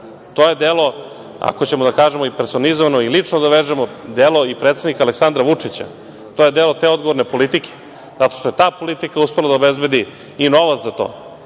To je delo, ako ćemo da kažemo i personalizovano i lično da vežemo, delo i predsednika Aleksandra Vučića. To je delo te odgovorne politike, zato što je ta politika uspela da obezbedi i novac za to.